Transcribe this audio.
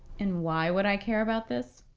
and why would i care about this?